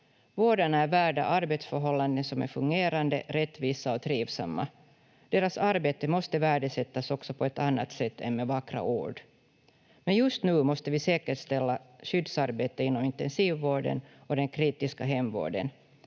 Vårdarna är värda arbetsförhållanden som är fungerande, rättvisa och trivsamma. Deras arbete måste värdesättas också på ett annat sätt än med vackra ord, men just nu måste vi säkerställa skyddsarbetet inom intensivvården och den kritiska hemvården.